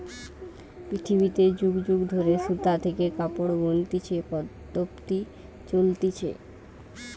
পৃথিবীতে যুগ যুগ ধরে সুতা থেকে কাপড় বনতিছে পদ্ধপ্তি চলতিছে